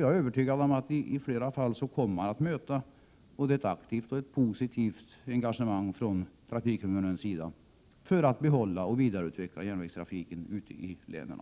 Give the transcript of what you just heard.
Jag är övertygad om att man i flera fall kommer att möta ett både aktivt och positivt engagemang från trafikhuvudmännens sida för att behålla och vidareutveckla järnvägstrafiken ute i länen.